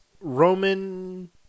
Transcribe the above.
Roman